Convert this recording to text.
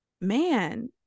man